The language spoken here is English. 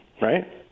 right